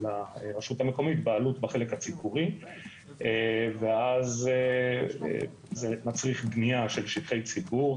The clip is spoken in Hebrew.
לרשות המקומית בעלות בחלק הציבורי ואז זה מצריך בנייה של שטחי ציבור,